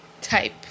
type